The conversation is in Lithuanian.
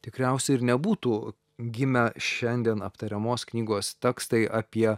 tikriausiai ir nebūtų gimę šiandien aptariamos knygos tekstai apie